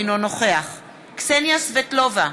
אינו נוכח קסניה סבטלובה,